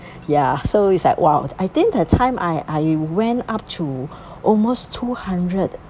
ya so it's like !wow! I think the time I I went up to almost two hundred